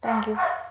thank you